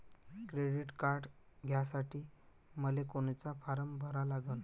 Credit card घ्यासाठी मले कोनचा फारम भरा लागन?